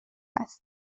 هست